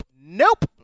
Nope